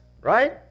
right